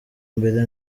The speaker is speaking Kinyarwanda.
mbere